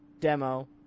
demo